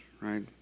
right